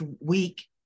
week